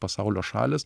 pasaulio šalys